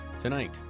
Tonight